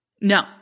No